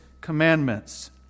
commandments